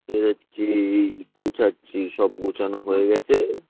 বেরোচ্ছি গোছাচ্ছি সব গোছানো হয়ে গেছে